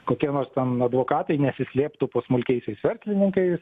kokie nors ten advokatai nesislėptų po smulkiaisiais verslininkais